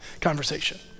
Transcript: conversation